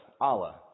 Allah